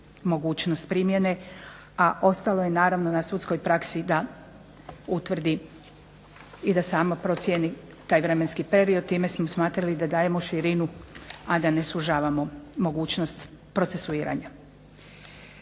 mogućnost primjene, a ostalo je na sudskoj praksi da utvrdi i sama procjeni taj vremenski period. Time smo smatrali da dajemo širinu, a da ne sužavamo mogućnost procesuiranja.